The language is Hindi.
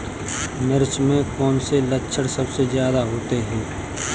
मिर्च में कौन से लक्षण सबसे ज्यादा होते हैं?